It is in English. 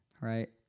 right